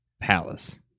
palace